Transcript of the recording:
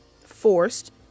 forced